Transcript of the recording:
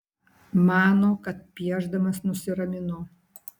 mano kad piešdamas nusiraminu